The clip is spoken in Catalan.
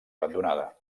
abandonada